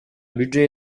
budget